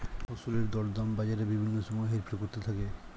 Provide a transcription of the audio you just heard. ফসলের দরদাম বাজারে বিভিন্ন সময় হেরফের করতে থাকে